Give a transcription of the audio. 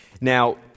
Now